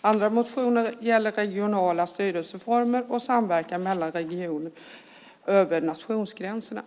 Andra motioner gäller regionala styrelseformer och samverkan mellan regioner över nationsgränserna.